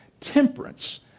Temperance